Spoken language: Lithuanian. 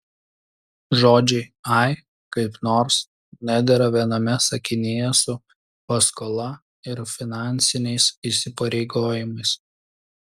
žodžiai ai kaip nors nedera viename sakinyje su paskola ir finansiniais įsipareigojimais